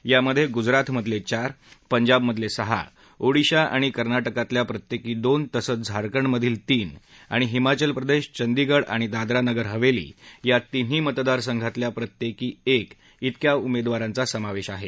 यामधे गुजराथमधले चार पंजाबमधले सहा ओडिशा आणि कर्नाटकातल्या प्रत्येकी दोन तसंच झारखंडमधील तीन आणि हिमाचल प्रदेश चंदीगढ आणि दादरा नगरहवेली या तिन्ही मतदारसंघातल्या प्रत्येकी एक तिक्या उमेदवारांचा समावेश आहे